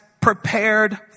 prepared